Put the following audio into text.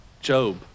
Job